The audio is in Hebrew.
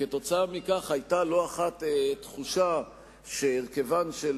כתוצאה מכך היתה לא אחת תחושה שהרכבן של